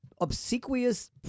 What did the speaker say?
Obsequious